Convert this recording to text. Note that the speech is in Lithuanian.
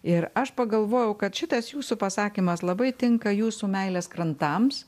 ir aš pagalvojau kad šitas jūsų pasakymas labai tinka jūsų meilės krantams